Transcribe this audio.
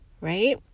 right